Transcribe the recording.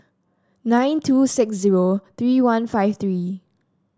nine two six zero three one five three